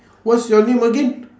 what's your name again